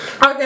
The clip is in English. Okay